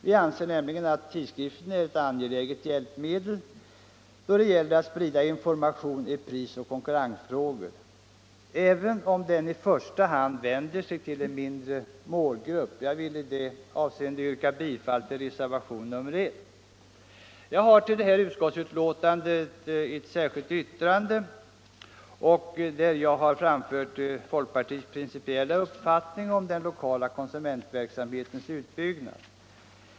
Vi anser nämligen att tidskriften är ett angeläget hjälpmedel då det gäller att sprida information i prisoch konkurrensfrågor, och detta även om den i första hand vänder sig till en mindre målgrupp. Jag vill i det avseendet yrka bifall till reservationen 1. Jag har i ett särskilt yttrande till detta utskottsbetänkande framfört folkpartiets principiella uppfattning om den lokala konsumentverksamhetens utbyggnad.